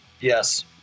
yes